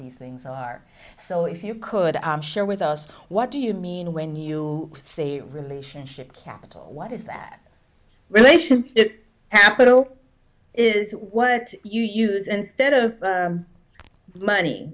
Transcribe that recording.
these things are so if you could share with us what do you mean when you say relationship capital what is that relationship apatow is what you use instead of money